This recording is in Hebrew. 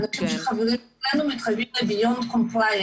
אנשים שחברים אצלנו מתחייבים ל- -- הם